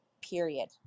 period